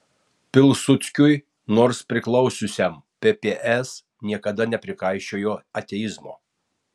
pilsudskiui nors priklausiusiam pps niekada neprikaišiojo ateizmo